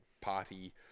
party